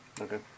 Okay